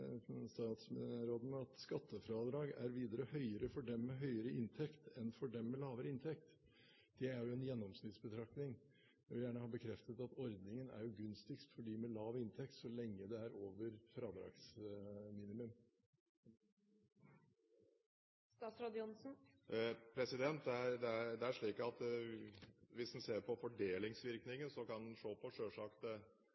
statsråden: «Skattefradraget er videre høyere for dem med høyere inntekt enn for dem med lavere inntekt.» Det er jo en gjennomsnittsbetraktning. Jeg vil gjerne ha bekreftet at ordningen er gunstigst for dem med lav inntekt – så lenge det er over minimum for fradrag. Hvis en ser på fordelingsvirkningen, kan en selvsagt se på fradraget. Men det er også viktig å se på